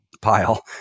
Pile